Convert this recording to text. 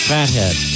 Fathead